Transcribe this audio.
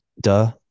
Duh